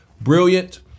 brilliant